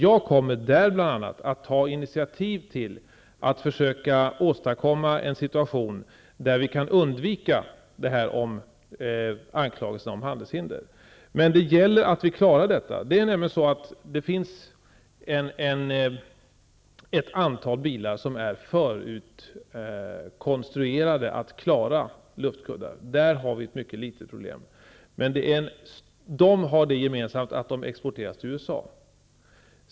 Jag kommer att där ta initiativ till att försöka åstadkomma en situation där det går att undvika anklagelserna om handelshinder. Men det gäller att klara detta. Det finns nämligen ett antal bilar som är konstruerade för att ha luftkuddar. Där är det få problem. Men de bilarna exporteras till USA.